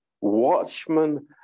watchmen